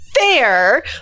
fair